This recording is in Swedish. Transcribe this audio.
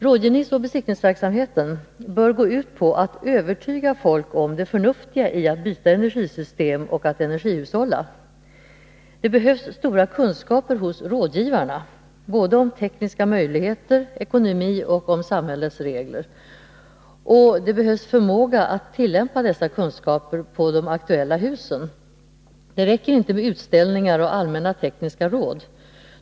Rådgivningsoch besiktningsverksamheten bör gå ut på att övertyga folk om det förnuftiga i att byta energisystem och att energihushålla. Det behövs stora kunskaper hos rådgivarna, såväl om tekniska möjligheter som om ekonomi och samhällets regler. Och det behövs förmåga att tillämpa dessa kunskaper på de aktuella husen. Det räcker inte med utställningar och allmänna tekniska råd.